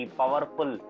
powerful